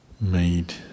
made